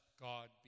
God